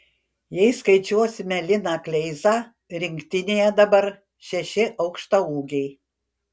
jei skaičiuosime liną kleizą rinktinėje dabar šeši aukštaūgiai